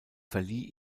verlieh